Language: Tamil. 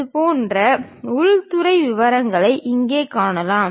இது போன்ற உள்துறை விவரங்களை இங்கே காணலாம்